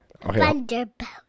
Thunderbolt